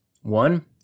One